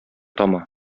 тама